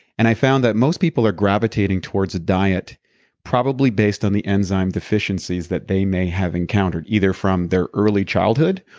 and i found that most people are gravitating towards a diet probably based on the enzyme deficiency that they may have encountered. either from their early childhood,